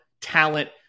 talent